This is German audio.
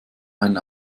ein